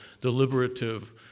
deliberative